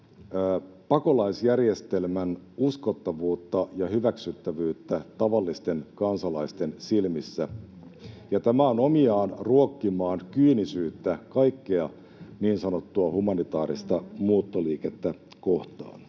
pakolaisjärjestelmän uskottavuutta ja hyväksyttävyyttä tavallisten kansalaisten silmissä, [Anne Kalmari: Juuri näin!] ja tämä on omiaan ruokkimaan kyynisyyttä kaikkea niin sanottua humanitaarista muuttoliikettä kohtaan.